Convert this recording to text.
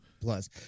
Plus